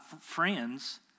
friends